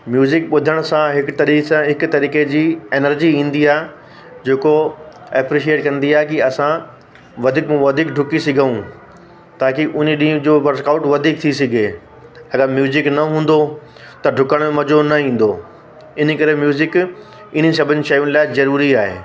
music ॿुधण सां हिक तरह सां हिक तरीक़े जी एनर्जी ईंदी आहे जेको अप्रिशिएट कंदी आहे कि असां वधीक मां वधीक ॾुकी सघूं ताकी उन ॾींहं जो वर्क आउट वधीक थी सघे हर म्यूज़िक न हूंदो त ॾुकण में मज़ो न ईंदो इन करे म्यूज़िक इन सभिनि शयुनि लाइ ज़रूरी आहे